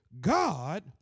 God